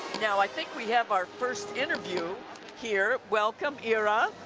now i think we have our first interview here. welcome ira,